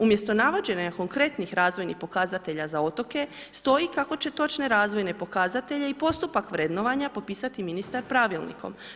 Umjesto navođenja konkretnih razvojnih pokazatelja za otoke stoji kako će točne razvojne pokazatelje i postupak vrednovanja popisati ministar pravilnikom.